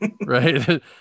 Right